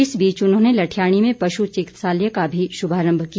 इस बीच उन्होंने लठियाणी में पश् चिकित्सालय का भी शुभारम्म किया